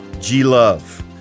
G-Love